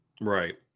Right